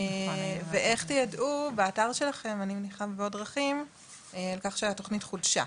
ואיך תיידעו באתר שלכם אני מניחה ובעוד דרכים כך שהתוכנית חודשה?